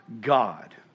God